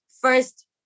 first